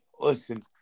Listen